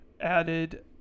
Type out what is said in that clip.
added